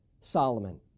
Solomon